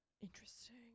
Interesting